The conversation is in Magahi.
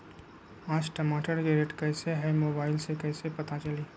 आज टमाटर के रेट कईसे हैं मोबाईल से कईसे पता चली?